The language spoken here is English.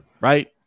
Right